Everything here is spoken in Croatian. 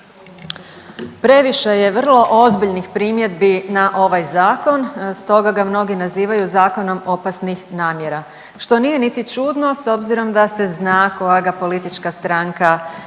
Previše je vrlo ozbiljnih primjedbi na ovaj zakon stoga ga mnogi nazivaju zakonom opasnih namjera što nije niti čudno s obzirom da se zna koja ga politička stranka